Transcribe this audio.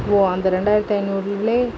ஓ அந்த ரெண்டாயிரத்து ஐநூர்ல